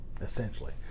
essentially